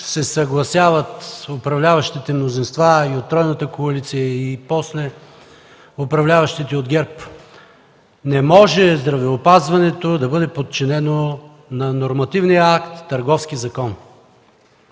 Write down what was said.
се съгласяват управляващите мнозинства и от тройната коалиция, и после управляващите от ГЕРБ. Не може здравеопазването да бъде подчинено на нормативния акт Търговски закон.